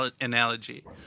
analogy